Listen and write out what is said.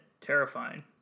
Terrifying